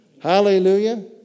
Hallelujah